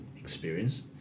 experience